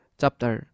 chapter